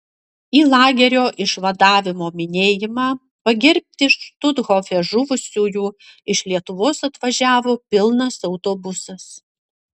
į lagerio išvadavimo minėjimą pagerbti štuthofe žuvusiųjų iš lietuvos atvažiavo pilnas autobusas